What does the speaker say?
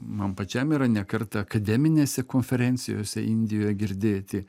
man pačiam yra ne kartą akademinėse konferencijose indijoje girdėti